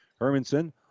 Hermanson